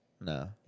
No